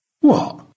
What